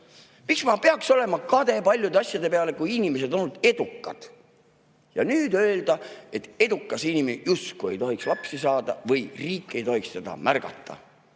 Miks ma peaksin olema kade paljude asjade peale, kui inimesed on olnud edukad? Ja nüüd öelda, et edukas inimene justkui ei tohiks lapsi saada või riik ei tohiks teda märgata?